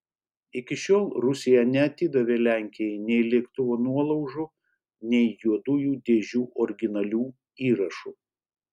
iki šiol rusija neatidavė lenkijai nei lėktuvo nuolaužų nei juodųjų dėžių originalių įrašų